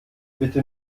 bitte